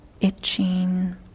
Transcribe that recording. itching